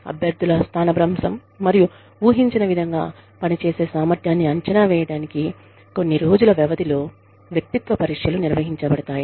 అభ్యర్థుల స్థానభ్రంశం మరియు ఊహించిన విధంగా పని చేసే సామర్థ్యాన్ని అంచనా వేయడానికి కొన్ని రోజుల వ్యవధిలో వ్యక్తిత్వ పరీక్షలు నిర్వహించబడతాయి